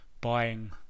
buying